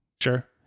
sure